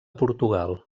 portugal